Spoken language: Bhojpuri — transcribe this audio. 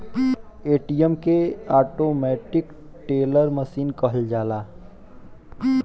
ए.टी.एम के ऑटोमेटिक टेलर मसीन कहल जाला